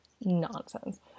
nonsense